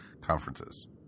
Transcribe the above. conferences